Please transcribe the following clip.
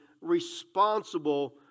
responsible